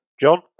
John